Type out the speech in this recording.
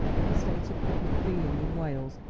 in the state of public feeling in wales,